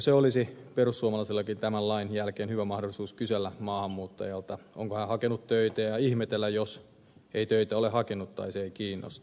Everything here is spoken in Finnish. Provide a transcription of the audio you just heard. eikö olisi perussuomalaisillakin tämän lain jälkeen hyvä mahdollisuus kysellä maahanmuuttajalta onko hän hakenut töitä ja ihmetellä jos ei töitä ole hakenut tai työ ei kiinnosta